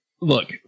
Look